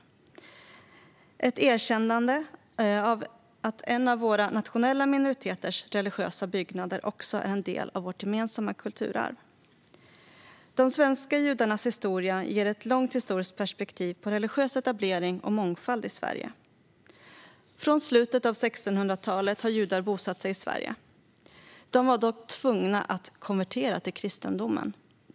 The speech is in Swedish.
Det är ett erkännande av att en våra nationella minoriteters religiösa byggnader också är en del av vårt gemensamma kulturarv. De svenska judarnas historia ger ett långt historiskt perspektiv på religiös etablering och mångfald i Sverige. Från slutet av 1600-talet har judar bosatt sig i Sverige. Till att börja med var de dock tvungna att konvertera till kristendomen.